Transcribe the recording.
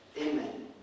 amen